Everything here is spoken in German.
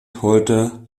heute